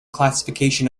classification